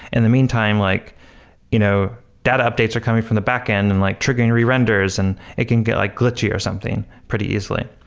and the meantime, like you know data updates are coming from the backend and like triggering re-renders and it can get like glitchy or something pretty easily.